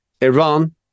Iran